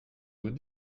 vous